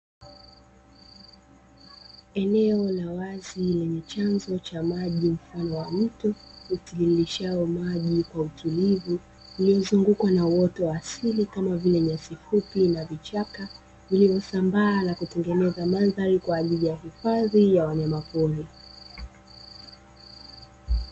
Eneo la wazi lenye chanzo cha maji mfano wa mto, utiririshao maji kwa utulivu, limezungukwa na uoto wa asili, kama vile; nyasi fupi na vichaka, lililosambaa na kutengeneza mandhari kwa ajili ya hifadhi ya wanyamapori.